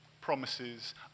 promises